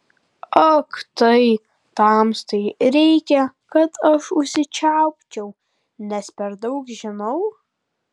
ak tai tamstai reikia kad aš užsičiaupčiau nes per daug žinau